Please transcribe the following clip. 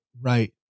right